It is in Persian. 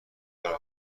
داره